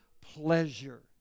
pleasure